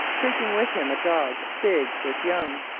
taking with him a dog big with young.